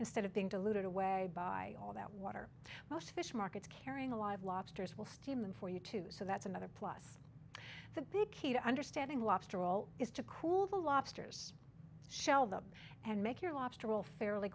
instead of being diluted away by all that water fish markets carrying a live lobsters will steam them for you too so that's another plus the big key to understanding lobster roll is to cool the lobsters shell them and make your lobster roll fairly